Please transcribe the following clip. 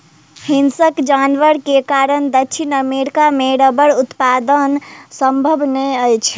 हिंसक जानवर के कारण दक्षिण अमेरिका मे रबड़ उत्पादन संभव नै अछि